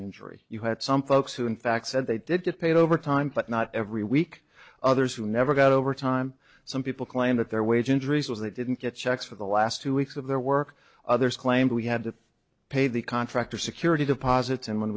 injury you had some folks who in fact said they did get paid overtime but not every week others who never got over time some people claim that their wage injuries were they didn't get checks for the last two weeks of their work others claimed we had to pay the contractor security deposits and when